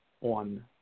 on